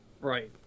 Right